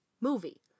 movie